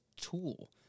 tool